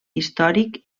històric